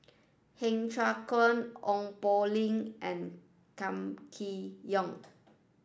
Heng Cheng Hwa Ong Poh Lim and Kam Kee Yong